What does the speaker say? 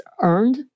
earned